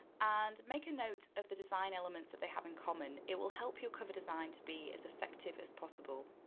and make a note of the design elements that they have in common, it will help your cover design to be as effective as possible.